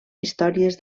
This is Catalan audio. històries